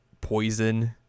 poison